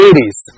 80s